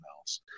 else